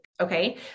okay